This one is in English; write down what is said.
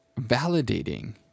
validating